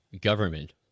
government